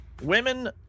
Women